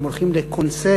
הם הולכים לקונצרט,